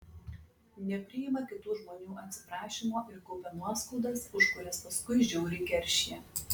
nepriima kitų žmonių atsiprašymo ir kaupia nuoskaudas už kurias paskui žiauriai keršija